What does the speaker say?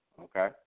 okay